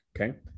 okay